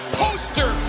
poster